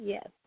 Yes